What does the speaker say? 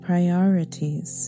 Priorities